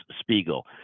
Spiegel